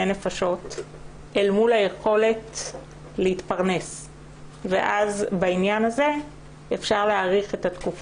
נפשות אל מול היכולת להתפרנס ואז בעניין הזה אפשר להאריך את התקופה.